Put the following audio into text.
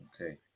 Okay